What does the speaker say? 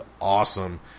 awesome